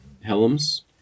Helms